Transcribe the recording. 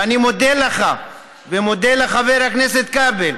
ואני מודה לך ומודה לחבר הכנסת כבל